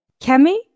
kemi